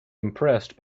impressed